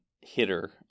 hitter